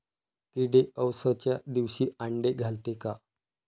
किडे अवसच्या दिवशी आंडे घालते का?